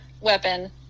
weapon